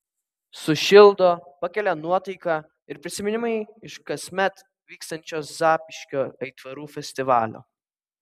sušildo pakelia nuotaiką ir prisiminimai iš kasmet vykstančio zapyškio aitvarų festivalio